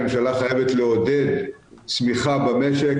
הממשלה חייבת לעודד צמיחה במשק,